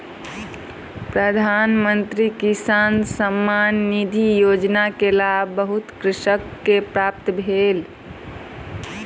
प्रधान मंत्री किसान सम्मान निधि योजना के लाभ बहुत कृषक के प्राप्त भेल